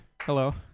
Hello